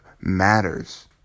matters